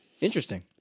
Interesting